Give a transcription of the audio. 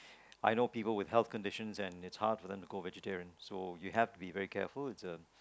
I know people with healthy condition and it's hard for them to go vegetarian so you have to be very careful